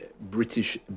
British